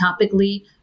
topically